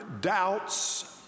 doubts